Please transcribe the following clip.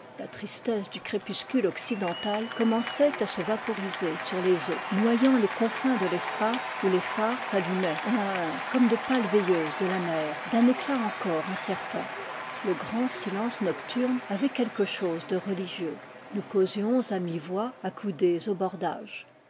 la tristesse du crépuscule occidental commençait à se vaporiser sur les eaux noyant les confins de l'espace où les phares s'allumaient un à un comme de pâles veilleuses de la mer d'un éclat encore incertain le grand silence nocturne avait quelque chose de reli gieux nous causions à mi-voix accoudés